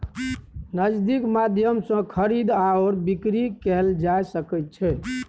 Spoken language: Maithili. नगदीक माध्यम सँ खरीद आओर बिकरी कैल जा सकैत छै